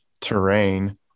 terrain